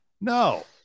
No